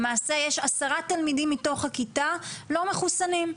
למעשה יש עשרה תלמידים מתוך הכיתה לא מחוסנים,